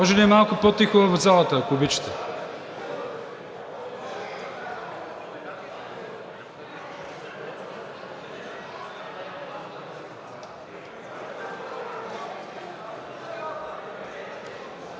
Може ли малко по-тихо в залата, ако обичате?